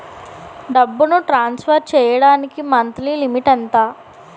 డబ్బును ట్రాన్సఫర్ చేయడానికి monthly limit ఎంత?